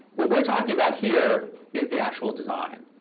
what we're talking about here is the actual design.